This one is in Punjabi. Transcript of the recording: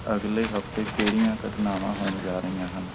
ਅਗਲੇ ਹਫ਼ਤੇ ਕਿਹੜੀਆਂ ਘਟਨਾਵਾਂ ਹੋਣ ਜਾ ਰਹੀਆਂ ਹਨ